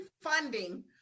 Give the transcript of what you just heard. funding